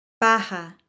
Baja